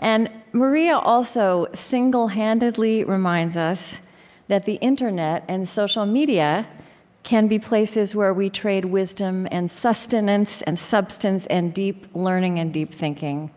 and maria also single-handedly reminds us that the internet and social media can be places where we trade wisdom and sustenance and substance and deep learning and deep thinking